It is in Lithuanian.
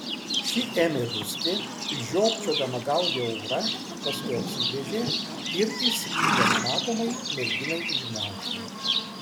ši ėmė dusti žiopčiodama gaudė orą paskui apsigręžė ir išslydo nematomai merginai iš gniaužtų